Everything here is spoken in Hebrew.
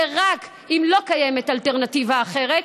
ורק אם לא קיימת אלטרנטיבה אחת,